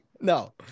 No